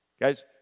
Guys